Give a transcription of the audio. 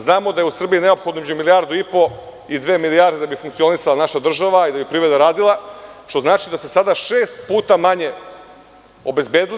Znamo da je u Srbiji neophodno između milijardu i po i dve milijarde da bi funkcionisala naša država i da bi privreda radila, što znači da ste sada šest puta manje obezbedili.